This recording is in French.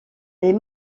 les